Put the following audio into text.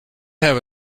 have